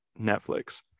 Netflix